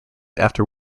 after